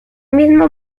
mismo